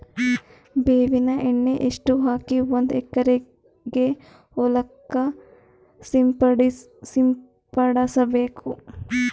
ಬೇವಿನ ಎಣ್ಣೆ ಎಷ್ಟು ಹಾಕಿ ಒಂದ ಎಕರೆಗೆ ಹೊಳಕ್ಕ ಸಿಂಪಡಸಬೇಕು?